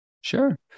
Sure